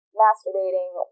masturbating